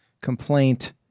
complaint